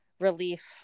relief